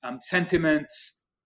sentiments